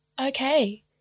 okay